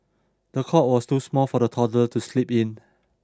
the cot was too small for the toddler to sleep in